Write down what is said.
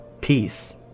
peace